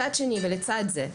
מצד שני, ולצד זה,